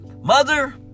Mother